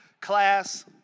class